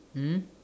mm